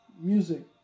music